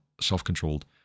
self-controlled